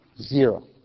zero